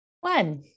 One